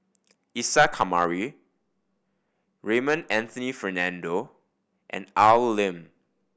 Isa Kamari Raymond Anthony Fernando and Al Lim